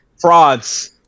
Frauds